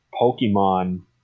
Pokemon